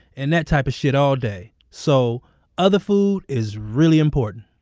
and that type of shit all day. so other food is really important